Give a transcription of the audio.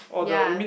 ya